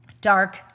dark